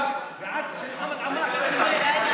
אנחנו מצביעים בעד.